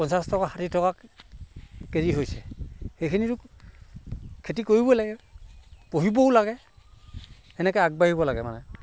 পঞ্চাছ টকা ষাঠি টকা কে জি হৈছে সেইখিনিটো খেতি কৰিব লাগে পঢ়িবও লাগে সেনেকৈ আগবাঢ়িব লাগে মানে